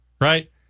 right